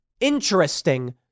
interesting